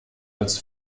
als